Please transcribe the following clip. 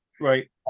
Right